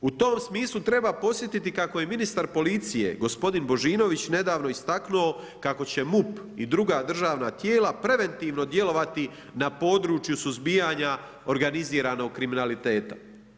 U tom smislu treba podsjetiti kako je ministar policije gospodin Božinović nedavno istaknuo kako će MUP i druga državna tijela preventivno djelovati na području suzbijanja organiziranog kriminaliteta.